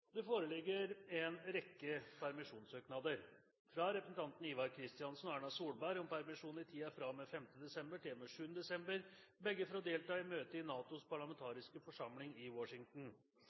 Det foreligger en rekke permisjonssøknader: fra representantene Ivar Kristiansen og Erna Solberg om permisjon i tiden fra og med 5. desember til og med 7. desember – begge for å delta i møte i NATOs parlamentariske forsamling i Washington